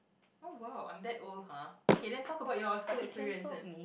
oh !wow! I'm that old !huh! okay then talk about your school experience then